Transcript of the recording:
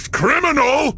criminal